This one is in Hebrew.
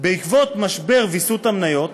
בעקבות משבר ויסות המניות,